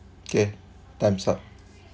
okay time's up